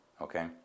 okay